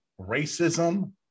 racism